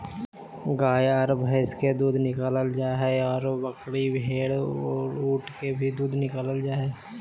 गाय आर भैंस के दूध निकालल जा हई, आरो बकरी, भेड़, ऊंट आदि के भी दूध निकालल जा हई